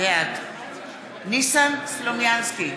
בעד ניסן סלומינסקי,